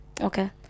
okay